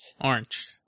Orange